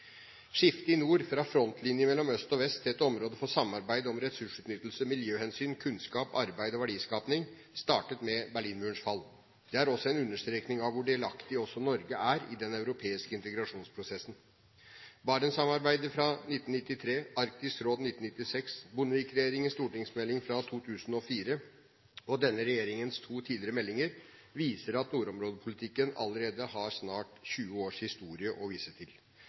Skiftet i nord, fra frontlinje mellom øst og vest til et område for samarbeid om ressursutnyttelse, miljøhensyn, kunnskap, arbeid og verdiskaping, startet med Berlinmurens fall. Det er også en understrekning av hvor delaktig også Norge er i den europeiske integrasjonsprosessen. Barentssamarbeidet fra 1993, Arktisk råd fra 1996, Bondevik-regjeringens stortingsmelding fra 2004 og denne regjeringens to tidligere meldinger viser at nordområdepolitikken allerede har snart 20 års historie å vise til.